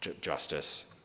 justice